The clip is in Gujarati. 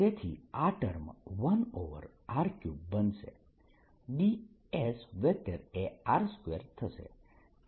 તેથી આ ટર્મ 1r3 બનશે dS એ r2 થશે